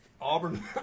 Auburn